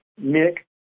Nick